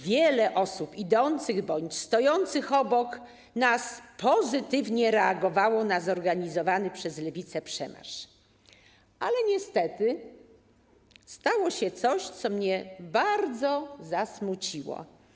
Wiele osób idących bądź stojących obok nas pozytywnie reagowało na zorganizowany przez Lewicę przemarsz, ale niestety stało się coś, co mnie bardzo zasmuciło.